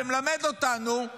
ומלמד אותנו,